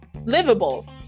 livable